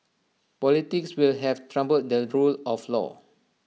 politics will have trumped the rule of law